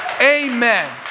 Amen